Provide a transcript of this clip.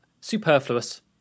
Superfluous